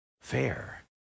fair